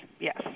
Yes